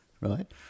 right